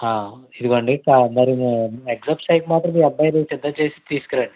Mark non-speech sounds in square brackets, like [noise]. [unintelligible] మరి ఎగ్జామ్స్ టిమ్కి మాత్రం మీ అబ్బాయిని [unintelligible] తీసురండి